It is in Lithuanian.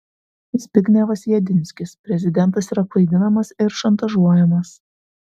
zbignevas jedinskis prezidentas yra klaidinamas ir šantažuojamas